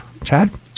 Chad